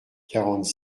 quarante